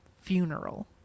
funeral